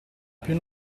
più